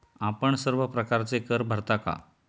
आपण सर्व प्रकारचे कर भरता का?